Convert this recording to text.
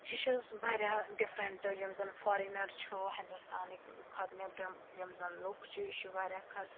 یہِ چھُ واریاہ ڈِفرٛٹ یِم زَن فارِنَر چھُ ہِندُستانٕکۍ کھۄتہٕ نیبرِم یِم زَن لُکھ چھِ یہِ چھِ واریاہ کھۄت